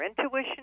intuition